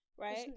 Right